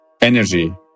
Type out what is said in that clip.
energy